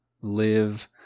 live